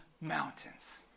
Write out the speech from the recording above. mountains